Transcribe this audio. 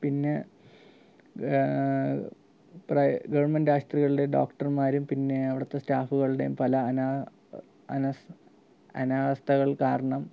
പിന്നെ ഗവൺമെൻറ്റ് ആശുപത്രികളിലെ ഡോക്ടർമാരും പിന്നേ അവിടത്തെ സ്റ്റാഫുകളുടെയും പല അനാസ്ഥകൾ കാരണം